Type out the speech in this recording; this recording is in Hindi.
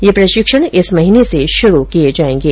ये प्रशिक्षण इस महीने से शुरू किये जायेंगे